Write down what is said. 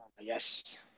Yes